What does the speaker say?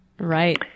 Right